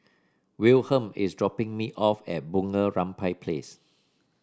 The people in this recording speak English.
Wilhelm is dropping me off at Bunga Rampai Place